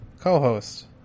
Co-host